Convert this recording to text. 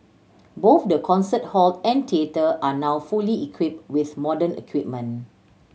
both the concert hall and theatre are now fully equipped with modern equipment